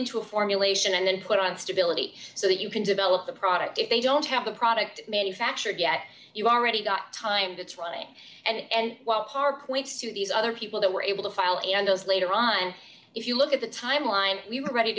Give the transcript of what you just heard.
into a formulation and then put on stability so that you can develop the product if they don't have the product manufactured yet you've already got time that's running and while parkway to these other people that were able to file in on those later on if you look at the timeline we were ready